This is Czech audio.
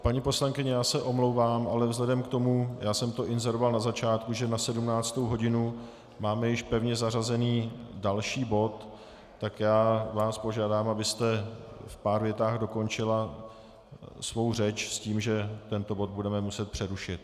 Paní poslankyně, já se omlouvám, ale vzhledem k tomu, já jsem to inzeroval na začátku, že na 17. hodinu máme již pevně zařazený další bod, tak vás požádám, abyste v pár větách dokončila svou řeč s tím, že tento bod budeme muset přerušit.